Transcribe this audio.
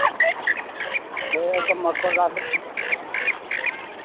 ᱢᱚᱴᱜᱚᱫᱟ ᱥᱮᱫ ᱛᱮᱞᱮ ᱟᱹᱪᱩᱨᱚᱜᱼᱟ